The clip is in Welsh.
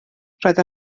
roedd